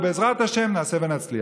ובעזרת השם נעשה ונצליח.